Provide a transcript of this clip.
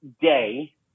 day